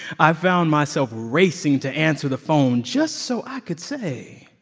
i found myself racing to answer the phone just so i could say